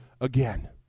again